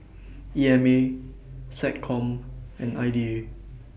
E M A Seccom and I D A